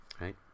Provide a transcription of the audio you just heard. right